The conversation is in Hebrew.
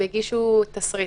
הם הגישו תשריט,